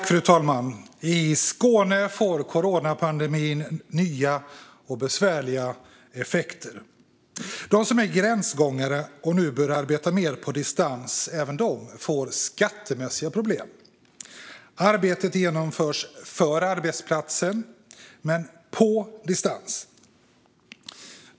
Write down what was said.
Fru talman! I Skåne får coronapandemin nya och besvärliga effekter. De som är gränsgångare och nu börjar arbeta mer på distans får skattemässiga problem. Arbetet genomförs för arbetsplatsen men på distans.